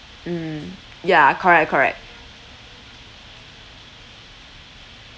mm ya correct correct